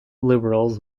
liberals